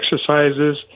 exercises